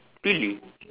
really